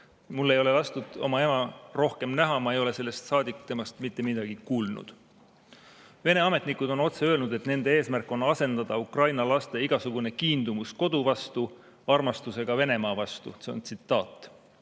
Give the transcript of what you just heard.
Mul ei ole lastud oma ema rohkem näha, ma ei ole sellest saadik temast mitte midagi kuulnud." Vene ametnikud on otse öelnud, et nende eesmärk on asendada Ukraina laste igasugune kiindumus kodu vastu armastusega Venemaa vastu. See on tsitaat.